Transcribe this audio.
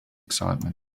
excitement